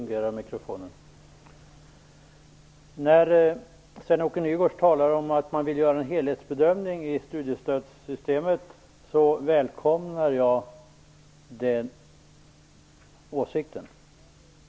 Herr talman! När Sven-Åke Nygårds talar om att man vill göra en helhetsbedömning i studiestödssystemet välkomnar jag den åsikten.